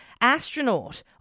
astronaut